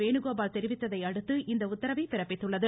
வேணுகோபால் தெரிவித்ததையடுத்து இந்த உத்தரவை பிறப்பித்துள்ளது